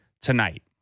tonight